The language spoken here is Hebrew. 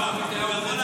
אותך?